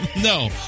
No